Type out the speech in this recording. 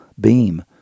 beam